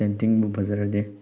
ꯄꯦꯟꯇꯤꯡꯕꯨ ꯐꯖꯔꯗꯤ